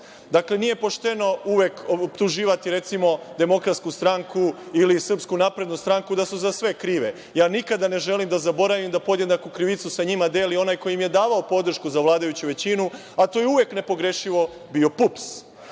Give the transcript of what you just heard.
Dakle, nije pošteno uvek optuživati recimo DS ili SNS da su za sve krive. Ja nikada ne želim da zaboravim da podjednaku krivicu sa njima deli onaj koji im je davao podršku za vladajuću većinu, a to je uvek nepogrešivo bio